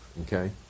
okay